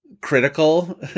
critical